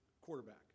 quarterback